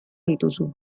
dituzu